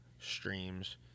streams